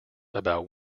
about